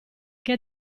che